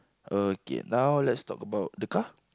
okay now let's talk about the car